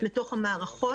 לתוך המערכות.